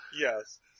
Yes